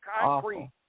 concrete